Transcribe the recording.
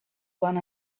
one